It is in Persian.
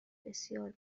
بسیار